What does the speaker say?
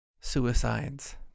suicides